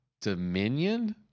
Dominion